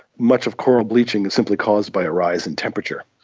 much of coral bleaching is simply caused by a rise in temperature.